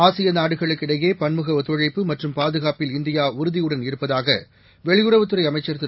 ஆசிய நாடுகளுக்கு இடையே பன்முக ஒத்துழைப்பு மற்றும் பாதுகாப்பில் இந்தியா உறுதியுடன் இருப்பதாக வெளியுறவுத் துறை அமைச்சர் திரு